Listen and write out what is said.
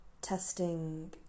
testing